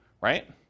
right